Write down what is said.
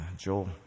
Joel